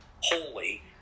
holy